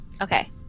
Okay